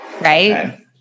right